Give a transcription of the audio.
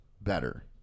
better